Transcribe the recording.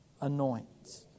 anoint